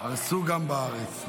הרסו גם בארץ,